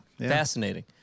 Fascinating